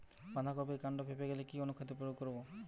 বাঁধা কপির কান্ড ফেঁপে গেলে কি অনুখাদ্য প্রয়োগ করব?